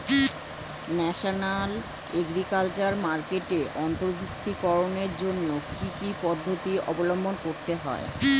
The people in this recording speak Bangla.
ন্যাশনাল এগ্রিকালচার মার্কেটে অন্তর্ভুক্তিকরণের জন্য কি কি পদ্ধতি অবলম্বন করতে হয়?